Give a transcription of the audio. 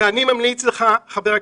ואני ממליץ לך, חבר הכנסת...